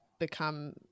become